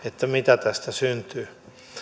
mitä tästä syntyy